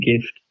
gift